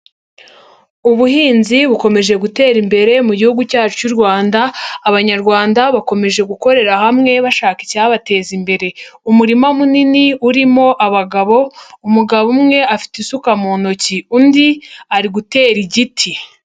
Ubuhinzi bukomeje gutera imbere mu gihugu cyacu cy'u Rwanda, abanyarwanda bakomeje gukorera hamwe bashaka icyabateza imbere, umurima munini urimo abagabo, umugabo umwe afite isuka mu ntoki undi ari gutera igiti.